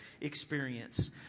experience